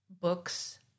books